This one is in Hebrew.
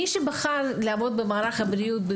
מי שבחר לעבוד במערך הבריאות,